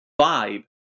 vibe